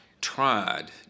tried